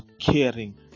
caring